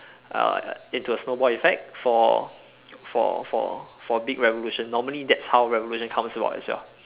uh into a snowball effect for for for for big revolution normally that's how revolution comes about as well